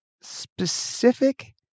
specific